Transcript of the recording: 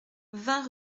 vingt